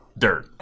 Dirt